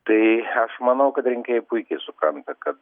tai aš manau kad rinkėjai puikiai supranta kad